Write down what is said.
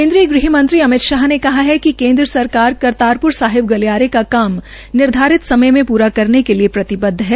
केन्द्रीय गृहमंत्री अमित शाह ने कहा है कि केन्द्र सरकार करतारपुर गलियारे का काम निर्धारित समय पर पूरा करने के लिए प्रतिबदव है